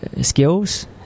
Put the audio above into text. skills